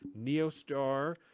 Neostar